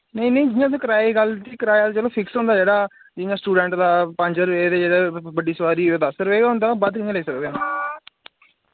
नेईं नेईं इयां ते कराए दी गल्ल कराया ते चलो फिक्स होंदा जेह्ड़ा जि'यां स्टूडैंट दा पंज रपे ते जेह्ड़े बड्डी सोआरी ओह दस रपे गै होंदा बद्ध कि'यां लेई सकदे न